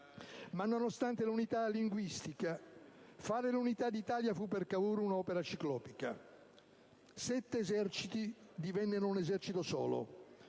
Ma, nonostante l'unità linguistica, fare l'unità d'Italia fu per Cavour un'opera ciclopica. Sette eserciti divennero un esercito solo.